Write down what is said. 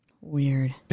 Weird